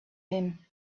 him